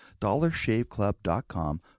dollarshaveclub.com